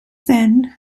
then